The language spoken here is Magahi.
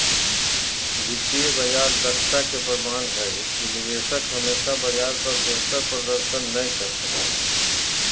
वित्तीय बाजार दक्षता के प्रमाण हय कि निवेशक हमेशा बाजार पर बेहतर प्रदर्शन नय कर सको हय